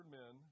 men